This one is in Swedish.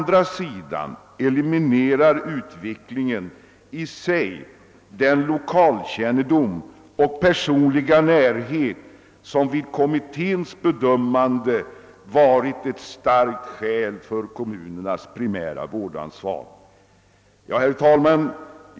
Å andra sidan eliminerar utvecklingen i sig den lokal kännedom och personliga närhet som vid kommitténs bedömande varit ett starkt skäl för kommunernas primära vårdansvar.» Herr talman!